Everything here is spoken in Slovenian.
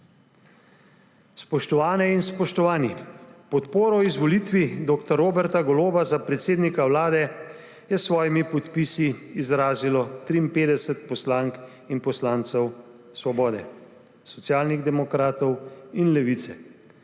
Spoštovane in spoštovani, podporo izvolitvi dr. Roberta Goloba za predsednika Vlade je s svojimi podpisi izrazilo 53 poslank in poslancev Svobode, Socialnih demokratov in Levice.